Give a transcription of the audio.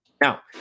Now